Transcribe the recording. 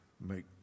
make